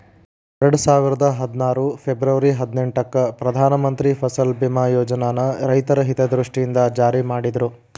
ಎರಡುಸಾವಿರದ ಹದ್ನಾರು ಫೆಬರ್ವರಿ ಹದಿನೆಂಟಕ್ಕ ಪ್ರಧಾನ ಮಂತ್ರಿ ಫಸಲ್ ಬಿಮಾ ಯೋಜನನ ರೈತರ ಹಿತದೃಷ್ಟಿಯಿಂದ ಜಾರಿ ಮಾಡಿದ್ರು